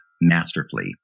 masterfully